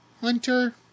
Hunter